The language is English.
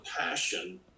passion